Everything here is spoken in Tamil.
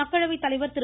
மக்களவை தலைவர் திரு